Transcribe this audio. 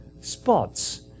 spots